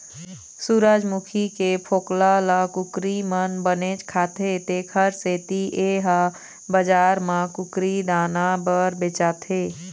सूरजमूखी के फोकला ल कुकरी मन बनेच खाथे तेखर सेती ए ह बजार म कुकरी दाना बर बेचाथे